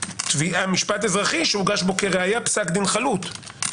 משפט אזרחי שהוגש בו כראיה פסק דין חלוט,